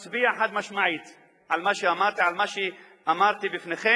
שמצביע חד-משמעית על מה שאמרתי בפניכם.